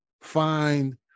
find